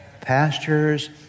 pastures